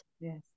Yes